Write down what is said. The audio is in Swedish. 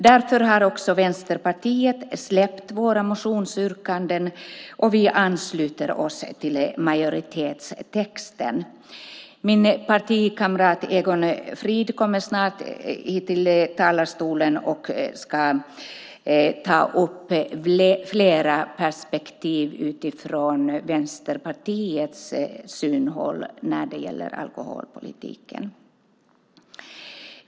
Därför har vi i Vänsterpartiet släppt våra motionsyrkanden och anslutit oss till majoritetstexten. Min partikamrat Egon Frid kommer snart upp i talarstolen och ska ta upp fler perspektiv ur Vänsterpartiets synvinkel när det gäller alkoholpolitiken.